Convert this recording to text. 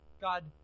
God